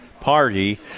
Party